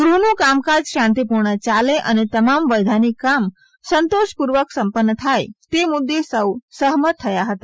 ગૃહ નું કામકાજ શાંતિપૂર્વક યાલે અને તમામ વૈધાનિક કામ સંતોષપૂર્વક સંપન્ન થાય તે મુદ્દે સૌ સહમત થયા હતા